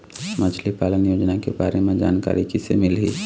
मछली पालन योजना के बारे म जानकारी किसे मिलही?